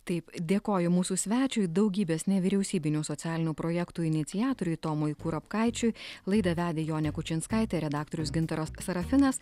taip dėkoju mūsų svečiui daugybės nevyriausybinių socialinių projektų iniciatoriui tomui kurapkaičiui laidą vedė jonė kučinskaitė redaktorius gintaras serafinas